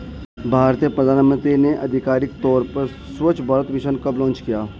भारतीय प्रधानमंत्री ने आधिकारिक तौर पर स्वच्छ भारत मिशन कब लॉन्च किया?